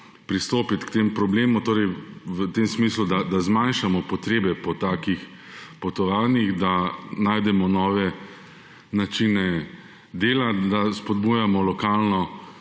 pristopiti k tem problemom; torej v tem smislu, da zmanjšamo potrebe po takih potovanjih, da najdemo nove načine dela, da spodbujamo lokalno